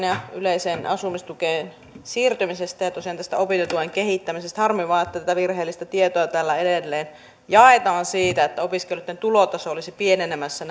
ja yleiseen asumistukeen siirtymisestä ja tosiaan tästä opintotuen kehittämisestä harmi vain että tätä virheellistä tietoa täällä edelleen jaetaan siitä että opiskelijoitten tulotaso olisi pienenemässä